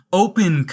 open